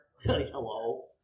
Hello